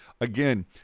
Again